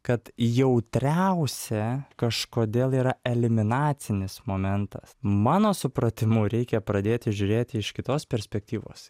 kad jautriausia kažkodėl yra eliminacinis momentas mano supratimu reikia pradėti žiūrėti iš kitos perspektyvos